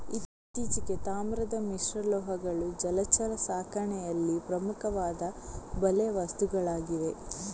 ಇತ್ತೀಚೆಗೆ, ತಾಮ್ರದ ಮಿಶ್ರಲೋಹಗಳು ಜಲಚರ ಸಾಕಣೆಯಲ್ಲಿ ಪ್ರಮುಖವಾದ ಬಲೆ ವಸ್ತುಗಳಾಗಿವೆ